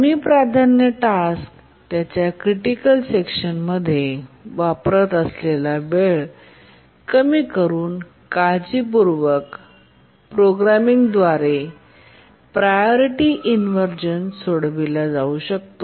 कमी प्राधान्य टास्क त्याच्या क्रिटिकल सेक्शनत वापरत असलेला वेळ कमी करुन काळजीपूर्वक प्रोग्रामिंगद्वारे प्रायोरिटी इनव्हर्झन सोडविला जाऊ शकतो